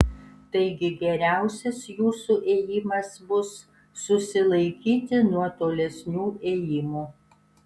taigi geriausias jūsų ėjimas bus susilaikyti nuo tolesnių ėjimų